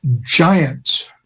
giants